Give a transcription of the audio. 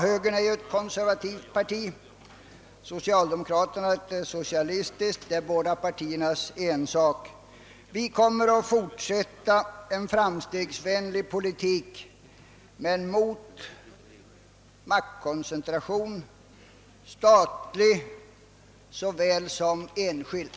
Högern är ju ett konservativt parti, socialdemokratiska partiet ett socialistiskt — det är båda partiernas ensak. Vi kommer att fortsätta en framstegsvänlig politik men mot maktkoncentration, statlig såväl som enskild.